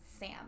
Sam